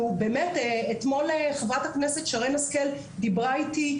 אתמול חברת הכנסת שרן השכל דיברה איתי.